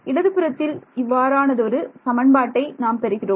இடதுபுறத்தில் இவ்வாறானதொரு சமன்பாட்டை நாம் பெறுகிறோம்